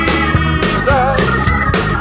Jesus